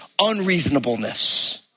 unreasonableness